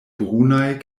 brunaj